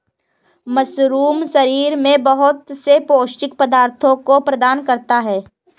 mushroom शरीर में बहुत से पौष्टिक पदार्थों को प्रदान करता है